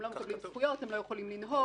הם לא מקבלים זכויות, הם לא יכולים לנהוג.